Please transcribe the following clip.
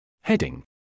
Heading